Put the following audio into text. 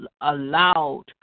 allowed